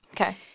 Okay